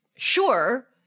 Sure